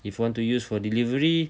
if you want to use for delivery